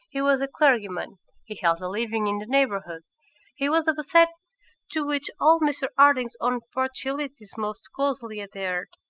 he was a clergyman he held a living in the neighbourhood he was of a set to which all mr harding's own partialities most closely adhered